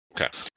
Okay